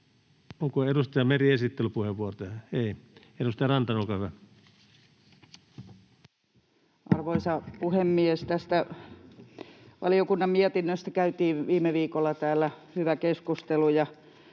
onko edustaja Merellä esittelypuheenvuoro tähän? Ei. — Edustaja Rantanen, olkaa hyvä. Arvoisa puhemies! Tästä valiokunnan mietinnöstä käytiin viime viikolla täällä hyvä keskustelu,